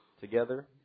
Together